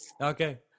Okay